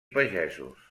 pagesos